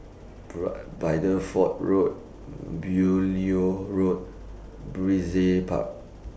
Bideford Road Beaulieu Road Brizay Park